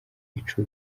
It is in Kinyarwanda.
ico